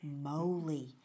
moly